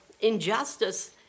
injustice